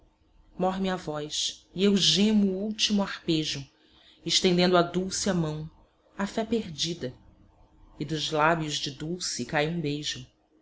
morre me a voz e eu gemo o último arpejo estendendo à dulce a mão a fé perdida e dos lábios de dulce cai um beijo